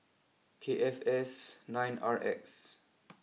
K F S nine R X